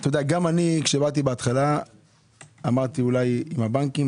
כשבאתי בהתחלה אמרתי: אולי עם הבנקים,